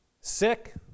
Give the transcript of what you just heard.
sick